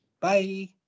Bye